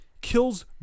kills